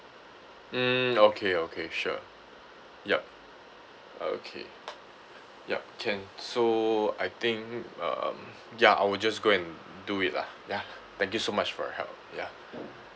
mm okay okay sure yup okay yup can so I think um ya I will just go and do it lah ya thank you so much for your help ya